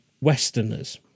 westerners